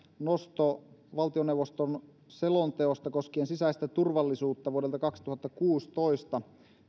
nosto valtioneuvoston selonteosta koskien sisäistä turvallisuutta vuodelta kaksituhattakuusitoista